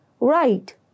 right।